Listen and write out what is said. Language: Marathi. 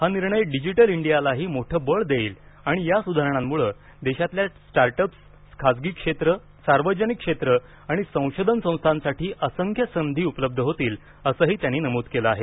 हा निर्णय डिजिटल इंडियालाही मोठं बळ देईल आणि या सुधारणांमुळं देशातल्या स्टार्टअप्स खासगी क्षेत्र सार्वजनिक क्षेत्र आणि संशोधन संस्थांसाठी असंख्य संधी उपलब्ध होतील असंही त्यांनी नमूद केलं आहे